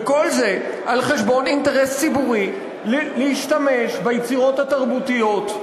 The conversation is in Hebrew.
וכל זה על חשבון אינטרס ציבורי להשתמש ביצירות התרבותיות,